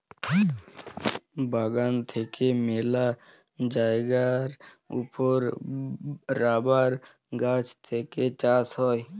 বাগান থেক্যে মেলা জায়গার ওপর রাবার গাছ থেক্যে চাষ হ্যয়